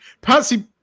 Patsy